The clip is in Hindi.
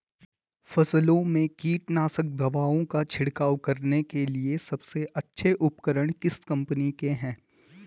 फसलों में कीटनाशक दवाओं का छिड़काव करने के लिए सबसे अच्छे उपकरण किस कंपनी के हैं?